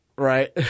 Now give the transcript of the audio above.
right